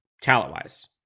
talent-wise